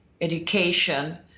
education